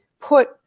put